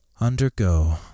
undergo